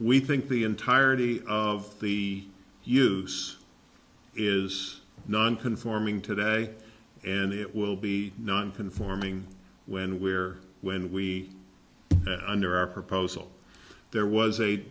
we think the entirety of the use is nonconforming today and it will be non conforming when we're when we under our proposal there was a